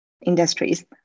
industries